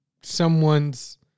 someone's